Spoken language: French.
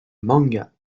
manga